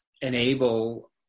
enable